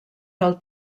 del